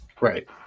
right